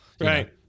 Right